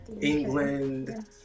England